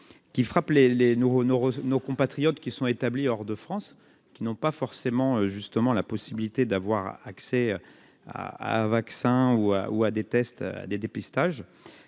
nos, nos compatriotes qui sont établis hors de France, qui n'ont pas forcément justement la possibilité d'avoir accès vaccin ou à, ou à des tests à des dépistages